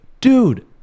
Dude